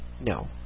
No